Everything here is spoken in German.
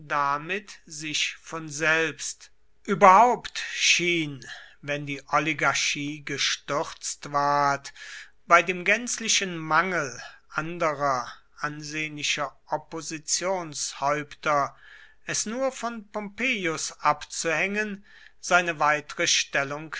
damit sich von selbst überhaupt schien wenn die oligarchie gestürzt ward bei dem gänzlichen mangel anderer ansehnlicher oppositionshäupter es nur von pompeius abzuhängen seine weitere stellung